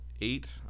eight